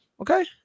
okay